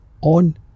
on